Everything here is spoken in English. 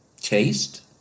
taste